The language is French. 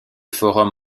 forum